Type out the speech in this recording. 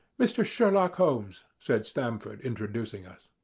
mr. sherlock holmes, said stamford, introducing us.